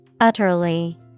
Utterly